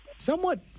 Somewhat